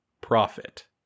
Profit